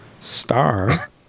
Star